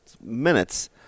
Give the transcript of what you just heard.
minutes